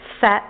set